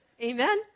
Amen